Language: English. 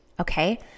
okay